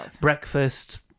breakfast